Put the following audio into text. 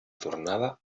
tornada